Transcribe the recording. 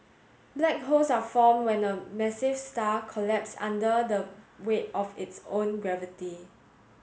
black holes are formed when a massive star collapses under the weight of its own gravity